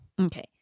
Okay